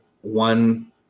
one